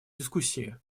дискуссии